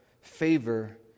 favor